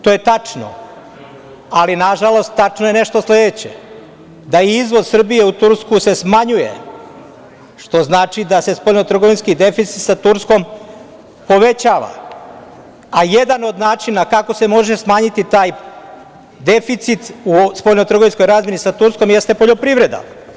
To je tačno, ali nažalost tačno je i nešto sledeće – da se izvoz Srbije u Tursku smanjuje, što znači da se spoljno trgovinski deficit sa Turskom povećava, a jedan od načina kako se može smanjiti taj deficit u spoljnotrgovinskoj razmeni sa Turskom jeste poljoprivreda.